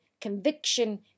conviction